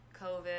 COVID